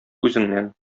үзеңнән